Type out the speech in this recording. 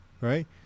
right